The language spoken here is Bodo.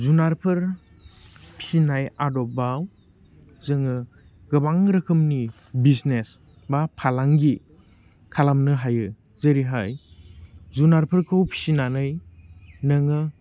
जुनारफोर फिसिनाय आदबाव जोङो गोबां रोखोमनि बिजनेस बा फालांगि खालामनो हायो जेरैहाय जुनारफोरखौ फिसिनानै नोङो